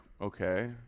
okay